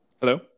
Hello